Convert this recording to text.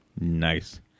Nice